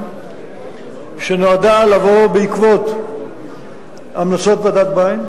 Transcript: שנועדה לבוא בעקבות המלצות ועדת-ביין,